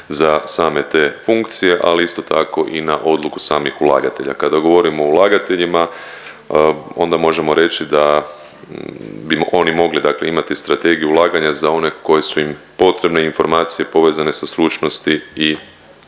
za same te funkcije, ali isto tako i na odluku samih ulagatelja. Kada govorimo o ulagateljima, onda možemo reći da bi oni mogli imati strategiju ulaganja za one koje su im potrebne informacije povezane sa stručnosti i